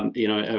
um you know,